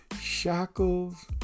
Shackles